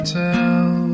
tell